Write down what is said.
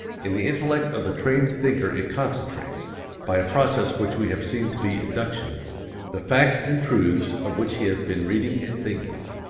in the intellect of the trained thinker it concentrates by a process which we have seen to be induction the facts and truths of which he has been reading and thinking.